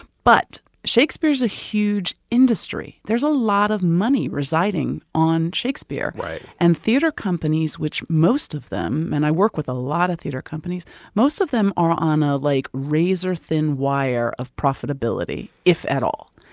but shakespeare's a huge industry. there's a lot of money residing on shakespeare right and theater companies, which most of them and i work with a lot of theater companies most of them are on a, like, razor-thin wire of profitability if at all.